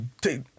take